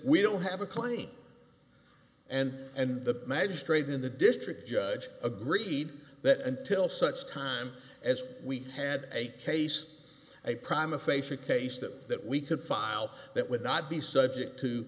we don't have a claim and and the magistrate in the district judge agreed that until such time as we had a case a prime a face a case that that we could file that would not be subject to